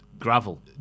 Gravel